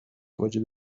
kładzie